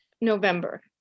November